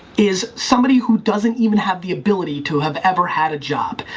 is somebody who doesn't even have the ability to have ever had a job.